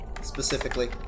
Specifically